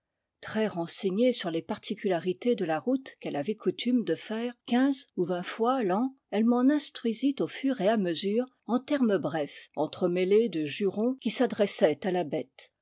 très renseignée sur les particularités de la route qu'elle avait coutume de faire quinze ou vingt fois l'an elle m'en instruisit au fur et à mesure en termes brefs entremêlés de jurons qui s'adressaient à la bête